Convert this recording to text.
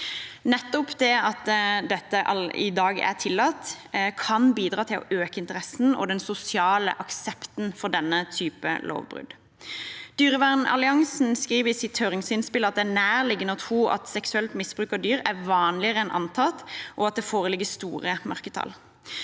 Nettopp det at dette i dag er tillatt, kan bidra til å øke interessen og den sosiale aksepten for denne type lovbrudd. Dyrevernalliansen skriver i sitt høringsinnspill at det er nærliggende å tro at seksuelt misbruk av dyr er vanligere enn antatt, og at det foreligger store mørketall.